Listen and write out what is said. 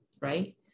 right